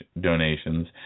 donations